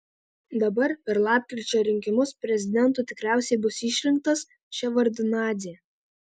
dabar per lapkričio rinkimus prezidentu tikriausiai bus išrinktas ševardnadzė